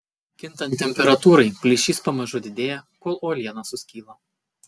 kintant temperatūrai plyšys pamažu didėja kol uoliena suskyla